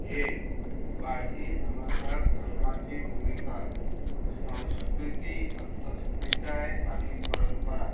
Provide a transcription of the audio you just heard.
एक भारतीय समाजाक धर्माची भुमिका संस्कृती अस्मिताय आनी परंपरा